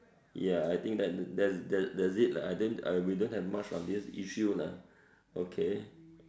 ya I think that that that's it lah I didn't we don't have much on this issue lah okay